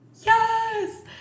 yes